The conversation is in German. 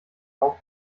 auch